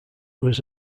was